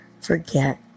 forget